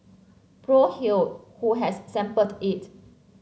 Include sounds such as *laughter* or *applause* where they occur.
*noise* Prof Hew who has sampled it